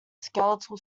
skeletal